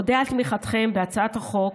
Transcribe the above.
אודה על תמיכתכם בהצעת החוק